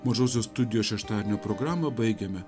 mažosios studijos šeštadienio programą baigiame